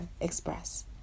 express